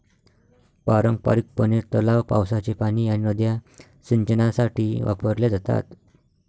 पारंपारिकपणे, तलाव, पावसाचे पाणी आणि नद्या सिंचनासाठी वापरल्या जातात